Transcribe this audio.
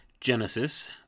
Genesis